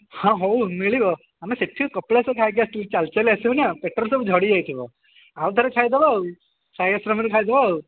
ହଁ ହଉ ମିଳିବ ଆମେ ସେଠୁ କପିଳାସରୁ ଖାଇକି ଆସିଲେ ଚାଲି ଚାଲି ଆସିବା ନା ପେଟରୁ ସବୁ ଝଡ଼ି ଯାଇଥିବ ଆଉଥରେ ଖାଇଦେବା ଆଉ ସାଇ ଆଶ୍ରମରେ ଖାଇଦେବା ଆଉ